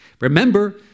Remember